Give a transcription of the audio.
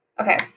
Okay